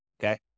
okay